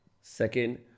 Second